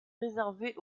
réservées